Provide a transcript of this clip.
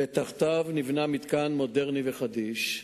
ותחתיו נבנה מתקן מודרני וחדיש.